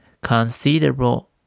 considerable